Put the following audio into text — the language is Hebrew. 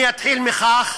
אני אתחיל מכך